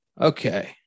Okay